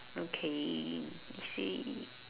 okay you see